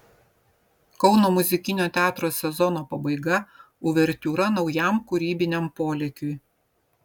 kauno muzikinio teatro sezono pabaiga uvertiūra naujam kūrybiniam polėkiui